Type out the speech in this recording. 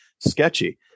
sketchy